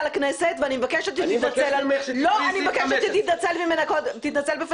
לא, תשב עכשיו, ואם לא, אתה יוצא.